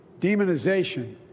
demonization